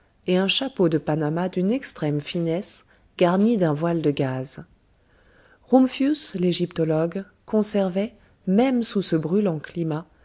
et un chapeau de panama d'une extrême finesse garni d'un voile de gaze rumphius l'égyptologue conservait même sous ce brûlant climat